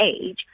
age